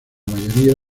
mayoría